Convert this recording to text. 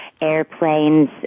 airplanes